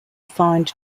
find